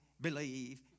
believe